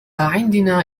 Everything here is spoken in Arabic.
عندنا